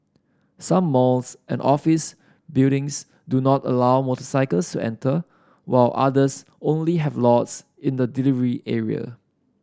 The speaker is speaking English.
some malls and office buildings do not allow motorcycles to enter while others only have lots in the delivery area